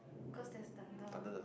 cause there is thunder